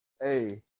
hey